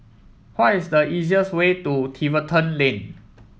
why is the easiest way to Tiverton Lane